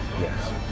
yes